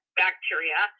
bacteria